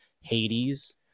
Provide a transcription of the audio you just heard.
Hades